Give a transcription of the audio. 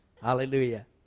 Hallelujah